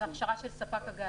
זה הכשרה של ספק הגז.